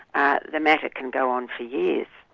ah the matter can go on for years.